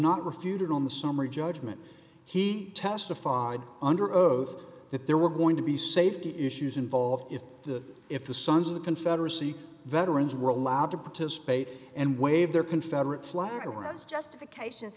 not refuted on the summary judgment he testified under oath that there were going to be safety issues involved if the if the sons of the confederacy veterans were allowed to participate and wave their confederate flag was justification